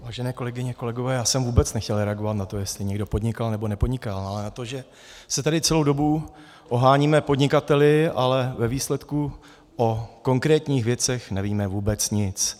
Vážené kolegyně, kolegové, já jsem vůbec nechtěl reagovat na to, jestli někdo podnikal, nebo nepodnikal, ale na to, že se tady celou dobu oháníme podnikateli, ale ve výsledku o konkrétních věcech nevíme vůbec nic.